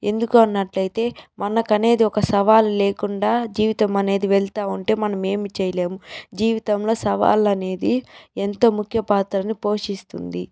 ఎందుకు అన్నట్లయితే మనకనేది ఒక సవాలు లేకుండా జీవితం అనేది వెళ్తా ఉంటే మనం ఏం చేయలేము జీవితంలో సవాళ్ళనేది ఎంతో ముఖ్యపాత్రను పోషిస్తుంది